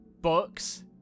books